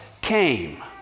came